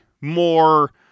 more